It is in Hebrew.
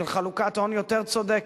של חלוקת הון יותר צודקת,